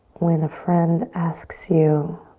when a friend asks you,